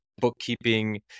bookkeeping